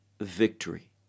victory